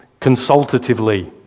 consultatively